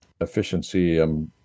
efficiency